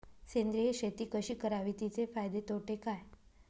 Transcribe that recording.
सेंद्रिय शेती कशी करावी? तिचे फायदे तोटे काय?